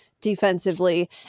defensively